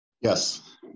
Yes